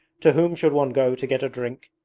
to whom should one go to get a drink?